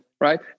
Right